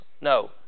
no